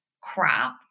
crap